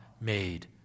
made